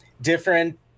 different